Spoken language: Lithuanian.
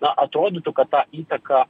na atrodytų kad ta įtaka